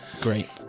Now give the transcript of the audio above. Great